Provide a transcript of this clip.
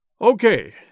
Okay